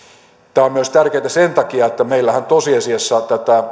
tämä on tärkeätä myös sen takia että meillähän tosiasiassa tätä